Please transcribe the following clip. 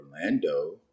Orlando